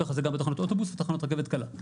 כך זה גם בתחנות אוטובוס ותחנות רכבת קלה.